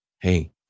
Hey